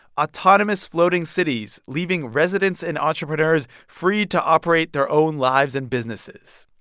autonomous floating cities, leaving residents and entrepreneurs free to operate their own lives and businesses.